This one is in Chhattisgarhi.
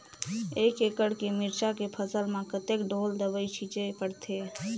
एक एकड़ के मिरचा के फसल म कतेक ढोल दवई छीचे पड़थे?